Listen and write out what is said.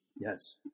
Yes